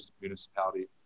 municipality